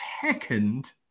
second